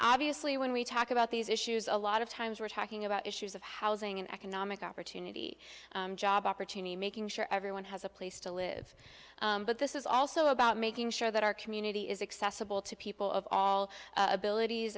obviously when we talk about these issues a lot of times we're talking about issues of housing and economic opportunity job opportunity making sure everyone has a place to live but this is also about making sure that our community is accessible to people of all abilities